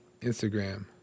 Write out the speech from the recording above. Instagram